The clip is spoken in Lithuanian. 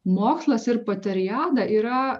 mokslas ir poteriada yra